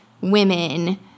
women